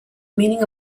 meaning